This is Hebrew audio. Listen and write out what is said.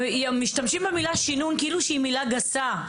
משתמשים במילה "שינון" כאילו שהיא מילה גסה.